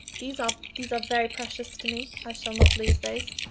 these are, these are very precious to me. i shall not lose those.